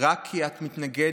רק כי את מתנגדת